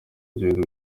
ingendo